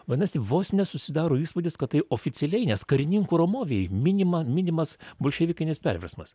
vadinasi vos ne susidaro įspūdis kad tai oficialiai nes karininkų ramovėj minima minimas bolševikinis perversmas